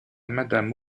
madame